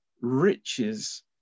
riches